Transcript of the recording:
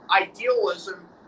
idealism